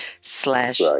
slash